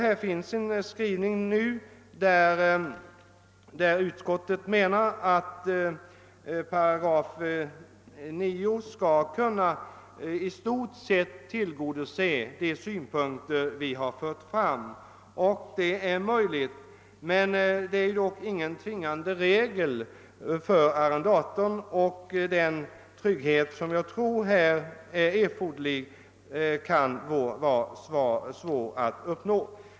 Utskottet skriver nu att 9 § i stort sett tillgodoser det önskemål vi har fört fram. Det är möjligt, men detta är dock ingen tvingande regel, och den trygghet för arrendatorn som här är erforderlig kan "därför vara svår att uppnå.